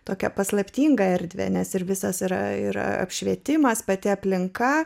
tokią paslaptingą erdvę nes ir visas yra apšvietimas pati aplinka